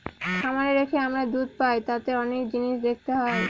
খামারে রেখে আমরা দুধ পাই তাতে অনেক জিনিস দেখতে হয়